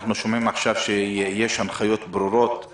אנחנו שומעים עכשיו שיש הנחיות ברורות של